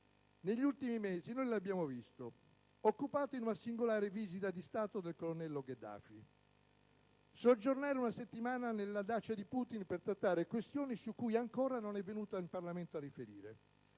Negli ultimi mesi lo abbiamo visto occupato in una singolare visita di Stato del colonnello Gheddafi, soggiornare una settimana nella dacia di Putin per trattare questioni su cui ancora non è venuto in Parlamento a riferire.